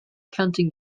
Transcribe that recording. counting